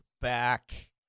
back